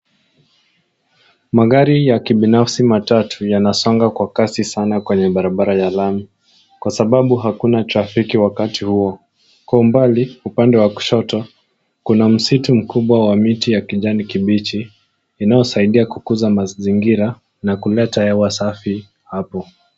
Magari ya kibinafsi matatu yanasonga kwa kasi sana kwenye barabara ya lami kwa sababu hakuna trafiki wakati huo. Kwa umbali upande wa kushoto kuna msitu mkubwa wa miti ya kijani kibichi inayosaidia kukuza mazingira na kuleta hewa safi hapo.